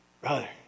brother